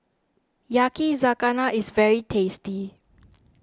Yakizakana is very tasty